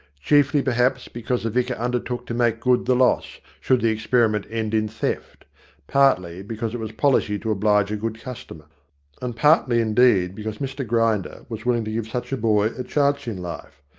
chiefly perhaps, because the vicar undertook to make good the loss, should the experiment end in theft partly because it was policy to oblige a good customer and partly, indeed, because mr grinder was will ing to give such a boy a chance in life,